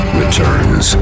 returns